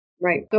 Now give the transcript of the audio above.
Right